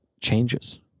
changes